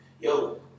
Yo